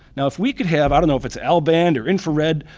now if we could have, i don't know if it's um l-band or infrared,